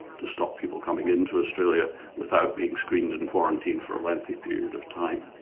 to stop people coming into australia without being screened in quarantine for a lengthy period of time.